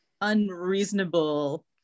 unreasonable